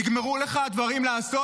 נגמרו לך הדברים לעשות?